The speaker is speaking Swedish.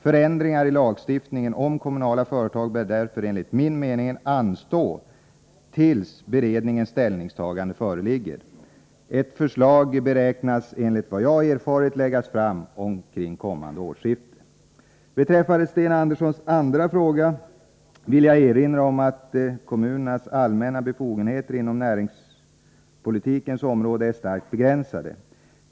Förändringar i lagstiftningen om kommunala företag bör därför enligt min mening anstå tills beredningens ställningstagande föreligger. Ett förslag beräknas enligt vad jag erfarit läggas fram omkring kommande årsskifte. Beträffande Sten Anderssons andra fråga vill jag erinra om att kommunernas allmänna befogenheter inom näringslivspolitikens område är starkt begränsade.